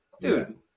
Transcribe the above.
Dude